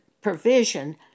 provision